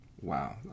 Wow